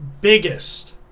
Biggest